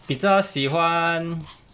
bisexual 比较喜欢:jiao xi huan